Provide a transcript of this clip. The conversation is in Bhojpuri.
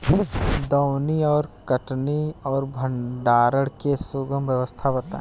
दौनी और कटनी और भंडारण के सुगम व्यवस्था बताई?